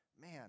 Man